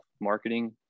marketing